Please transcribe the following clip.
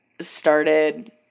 started